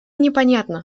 непонятно